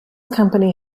company